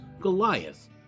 Goliath